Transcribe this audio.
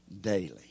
daily